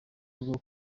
rwo